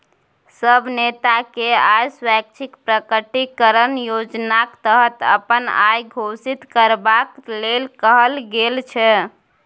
सब नेताकेँ आय स्वैच्छिक प्रकटीकरण योजनाक तहत अपन आइ घोषित करबाक लेल कहल गेल छै